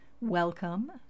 Welcome